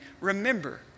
remember